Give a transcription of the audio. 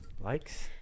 likes